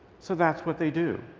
so that's what they do.